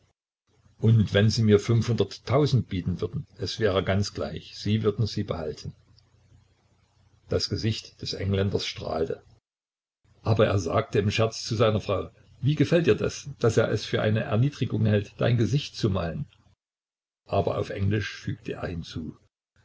und wenn sie mir fünfhunderttausend bieten würden es wäre ganz gleich sie würden sie behalten das gesicht des engländers strahlte aber er sagte im scherz zu seiner frau wie gefällt dir das daß er es für eine erniedrigung hält dein gesicht zu malen aber auf englisch fügte er hinzu